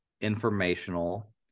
informational